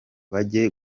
bajye